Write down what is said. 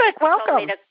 Welcome